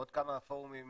עוד כמה פורומים.